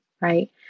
right